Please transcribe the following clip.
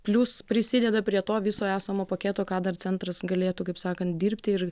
plius prisideda prie to viso esamo paketo ką dar centras galėtų kaip sakant dirbti ir